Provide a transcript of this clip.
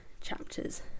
chapters